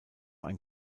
ein